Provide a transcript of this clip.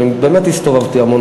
ואני באמת הסתובבתי המון,